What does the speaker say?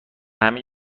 همین